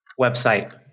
Website